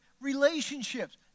relationships